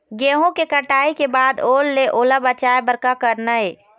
गेहूं के कटाई के बाद ओल ले ओला बचाए बर का करना ये?